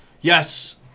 Yes